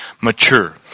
mature